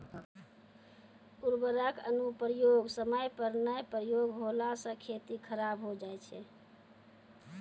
उर्वरक अनुप्रयोग समय पर नाय प्रयोग होला से खेती खराब हो जाय छै